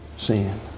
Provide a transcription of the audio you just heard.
sin